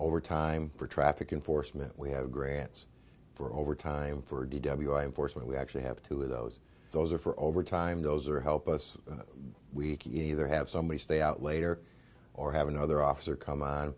overtime for traffic enforcement we have grants for overtime for d w i enforcement we actually have two of those those are for overtime those are help us week either have somebody stay out later or have another officer come on